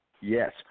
Yes